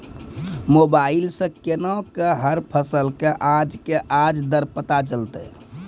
Mobile सऽ केना कऽ हर फसल कऽ आज के आज दर पता चलतै?